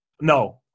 No